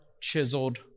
chiseled